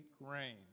rain